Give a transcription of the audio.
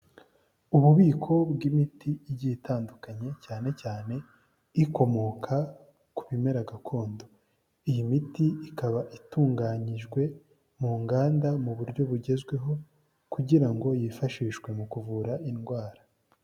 Ububiko bw'imiti igiye itandukanye cyane cyane ikomoka ku bimera gakondo, iyi miti ikaba itunganyijwe mu nganda mu buryo bugezweho kugira ngo yifashishwe mu kuvura indwara.